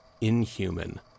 inhuman